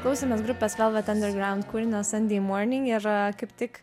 klausėmės grupės velvet underground kūrinio sunday morning ir kaip tik